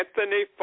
Anthony